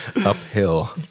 uphill